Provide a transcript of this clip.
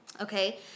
Okay